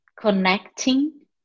connecting